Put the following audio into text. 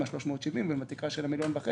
עם ה-370 ו-430 שקל ועם התקרה של מיליון ו-1.5